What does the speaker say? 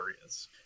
areas